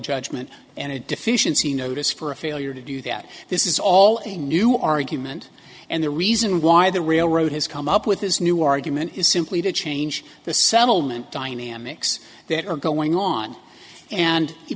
judgment and a deficiency notice for a failure to do that this is all a new argument and the reason why the railroad has come up with this new argument is simply to change the settlement dynamics that are going on and